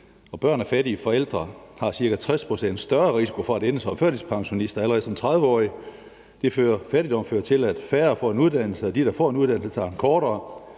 børn af fattige forældre har ca. 60 pct. større risiko for at ende som førtidspensionist allerede som 30-årig. Fattigdom fører til, at færre får en uddannelse, og de, der får en uddannelse, tager en kortere.